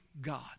God